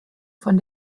von